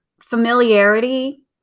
familiarity